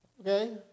Okay